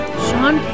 Sean